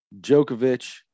Djokovic